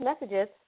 messages